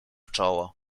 czoło